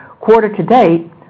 Quarter-to-date